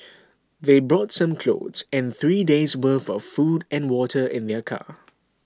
they brought some clothes and three day's worth of food and water in their car